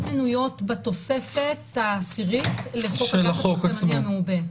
הן מנויות בתוספת העשירית לחוק הגז הפחמימני המעובה.